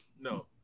No